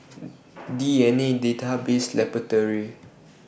D N A Database Laboratory